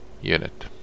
unit